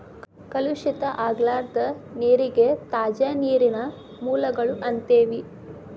ಕಲುಷಿತ ಆಗಲಾರದ ನೇರಿಗೆ ತಾಜಾ ನೇರಿನ ಮೂಲಗಳು ಅಂತೆವಿ